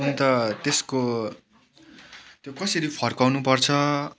अन्त त्यसको त्यो कसरी फर्काउनु पर्छ